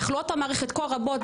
תחלואות המערכת כה רבות,